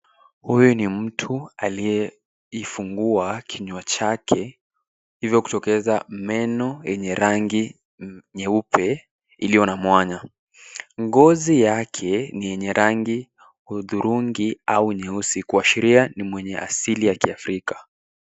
Huyu ni mtu aliyeifungua kinya chake hivi kutokeza meno yenye rangi nyeupe iliyo na mwanya. Ngozi yake ni yenye rangi hudhurungi au nyeusi kuashiria ni mwenye asili ya kiafirka.